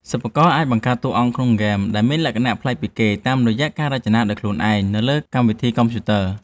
សិប្បករអាចបង្កើតតួអង្គក្នុងហ្គេមដែលមានលក្ខណៈប្លែកពីគេតាមរយៈការរចនាដោយខ្លួនឯងនៅលើកម្មវិធីកុំព្យូទ័រ។